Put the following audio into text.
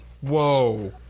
whoa